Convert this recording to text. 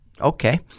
Okay